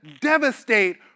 devastate